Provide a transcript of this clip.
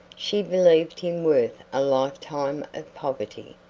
she believed him worth a lifetime of poverty.